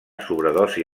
sobredosi